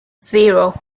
zero